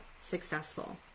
successful